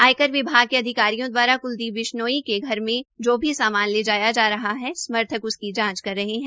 आयकर विभाग के अधिकारियों दवारा कृलदीप बिश्नोई के घर मे जो भी सामान ले जाया जा रहा है समर्थक उसकी जांच कर रहे है